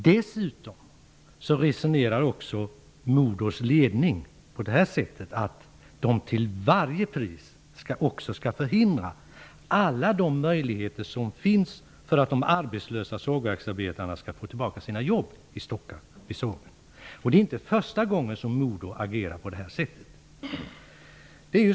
Dessutom resonerar Modos ledning också så, att man till varje pris skall blockera alla de möjligheter som finns för att de arbetslösa sågverksarbetarna skall få tillbaka sina jobb vid sågverket i Stocka. Det är inte första gången som Modo agerar på det här sättet.